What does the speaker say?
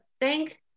thank